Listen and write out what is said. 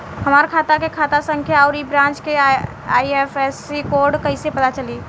हमार खाता के खाता संख्या आउर ए ब्रांच के आई.एफ.एस.सी कोड कैसे पता चली?